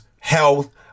health